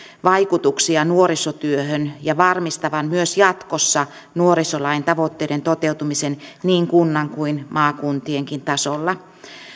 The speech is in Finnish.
vaikutuksia nuorisotyöhön ja varmistavan myös jatkossa nuorisolain tavoitteiden toteutumisen niin kunnan kuin maakuntienkin tasolla